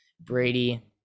Brady